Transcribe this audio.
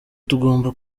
tugomba